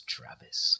Travis